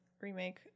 Remake